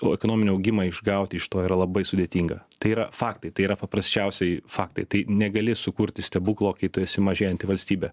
o ekonominio augimo išgauti iš to yra labai sudėtinga tai yra faktai tai yra paprasčiausiai faktai tai negali sukurti stebuklo kai tu esi mažėjanti valstybė